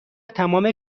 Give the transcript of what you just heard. تمام